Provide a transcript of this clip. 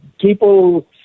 people